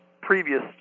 previous